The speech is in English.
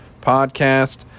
podcast